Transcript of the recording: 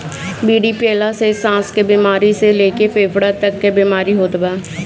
बीड़ी पियला से साँस के बेमारी से लेके फेफड़ा तक के बीमारी होत बा